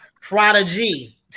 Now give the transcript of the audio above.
Prodigy